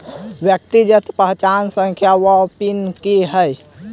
व्यक्तिगत पहचान संख्या वा पिन की है?